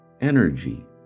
Energy